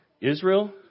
Israel